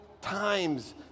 times